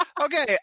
Okay